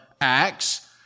Acts